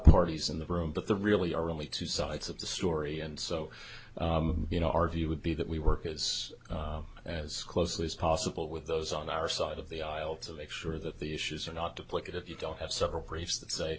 parties in the room but there really are only two sides of the story and so you know our view would be that we work is as closely as possible with those on our side of the aisle to make sure that the issues are not duplicate if you don't have several priests that say